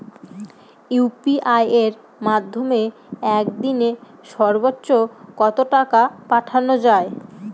UPI এর মাধ্যমে এক দিনে সর্বচ্চ কত টাকা পাঠানো যায়?